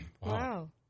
Wow